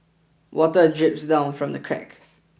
water drips down from the cracks